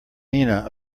mina